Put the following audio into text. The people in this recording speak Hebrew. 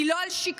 היא לא על שקמה,